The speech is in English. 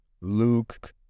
Luke